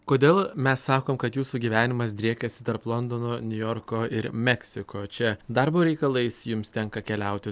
kodėl mes sakom kad jūsų gyvenimas driekiasi tarp londono niujorko ir meksiko čia darbo reikalais jums tenka keliauti